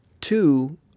Two